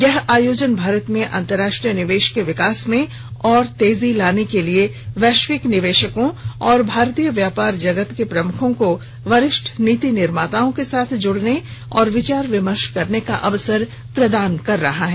यह आयोजन भारत में अंतरराष्ट्रीय निवेश के विकास में और तेजी लाने के लिए वैश्विक निवेशकों और भारतीय व्यापार जगत के प्रमुखों को वरिष्ठ नीति निर्माताओं के साथ जुड़ने और विचार विमर्श करने का अवसर प्रदान कर रहा है